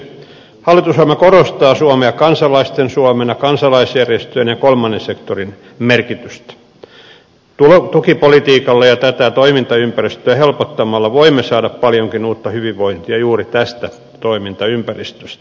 hallitusohjelma korostaa suomea kansalaisten suomena kansalaisjärjestöjen ja kolmannen sektorin merkitystä tukipolitiikalle ja tätä toimintaympäristöä helpottamalla voimme saada paljonkin uutta hyvinvointia juuri tästä toimintaympäristöstä